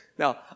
Now